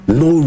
no